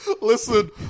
Listen